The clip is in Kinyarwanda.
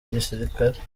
gisirikare